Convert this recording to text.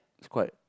it's quite